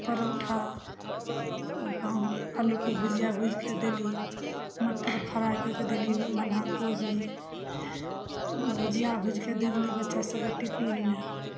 परौठा अल्लूके भुजिया भुजिके देली मटर फ्राइ कऽ कए देली बन्धाकोबी भुजिया भुजिके देली बच्चा सबके टिपिनमे